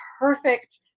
perfect